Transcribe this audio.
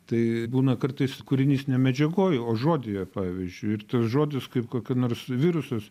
tai būna kartais kūrinys ne medžiagoj o žodyje pavyzdžiui ir tas žodis kaip kokia nors virusas